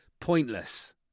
pointless